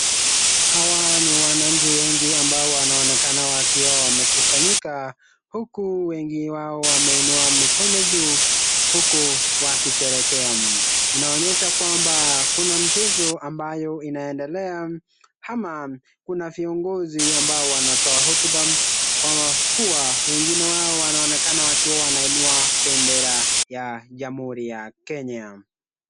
Hawa ni wananchi wengi ambao wanaonekana wakiwa wamekusanyika, huku wengi wao wameinua mikono juu huku wakishereherea. Inaonyesha kwamba kuna mchezo ambayo inaendelea ama kuna viongozi ambao wanatoa hotuba kwa kuwa wengine wao wanaonekana wakiwa wanainua bendera ya jamhuri ya Kenya.